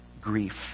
grief